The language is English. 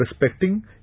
respecting